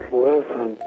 listen